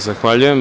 Zahvaljujem.